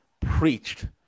preached